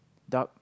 dark